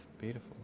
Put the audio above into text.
Beautiful